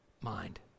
mind